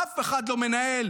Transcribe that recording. אף אחד לא מנהל,